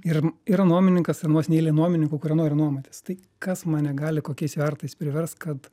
ir yra nuomininkas ar vos ne eilė nuomininkų kurie nori nuomotis tai kas mane gali kokiais svertais privers kad